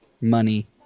money